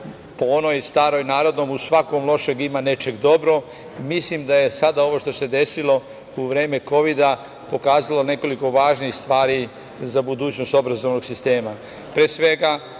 po onoj staroj narodnoj - u svakom lošem, ima nečeg dobrog, mislim da je sada ovo što se desilo u vreme kovida pokazalo nekoliko važnih stvari za budućnost obrazovnog sistema.